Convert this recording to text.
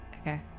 Okay